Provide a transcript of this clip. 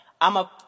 I'ma